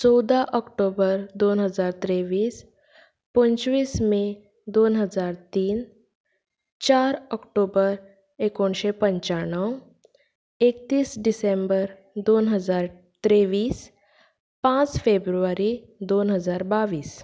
चवदा ऑक्टोबर दोन हजार त्रेवीस पंचवीस मे दोन हजार तीन चार ऑक्टोबर एकुणशे पंचाणव एकतीस डिसेंबर दोन हजार त्रेवीस पांच फेब्रुवारी दोन हजार बावीस